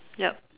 yup